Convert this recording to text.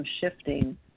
shifting